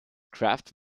craft